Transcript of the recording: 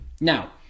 Now